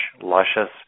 luscious